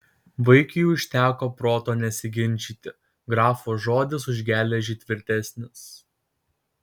vaikiui užteko proto nesiginčyti grafo žodis už geležį tvirtesnis